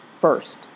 first